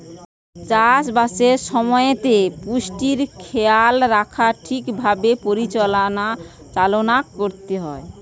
চাষ বাসের সময়তে পুষ্টির খেয়াল রাখা ঠিক ভাবে পরিচালনা করতে হয়